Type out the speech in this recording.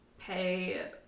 pay